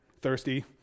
thirsty